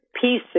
pieces